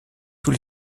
tous